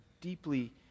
deeply